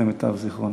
למיטב זיכרוני.